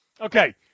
Okay